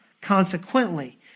consequently